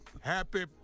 Happy